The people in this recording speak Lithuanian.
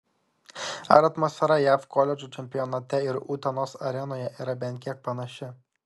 ar atmosfera jav koledžų čempionate ir utenos arenoje yra bent kiek panaši